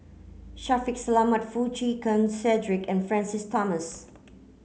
Shaffiq Selamat Foo Chee Keng Cedric and Francis Thomas